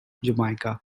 jamaica